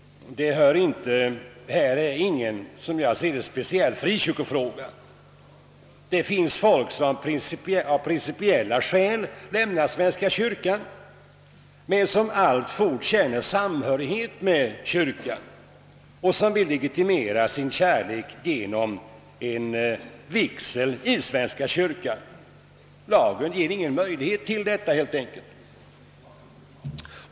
Detta är inte, som jag ser det, någon speciell frikyrkofråga. Det finns folk som av principiella skäl lämnar svenska kyrkan men som alltfort känner samhörighet med kyrkan och som vill legitimera sin kärlek genom en kyrklig vigsel. Lagen ger dem helt enkelt inte någon möjlighet till detta.